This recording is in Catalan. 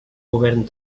govern